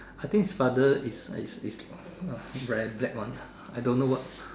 I think his father is uh is is uh very black one lah I don't know what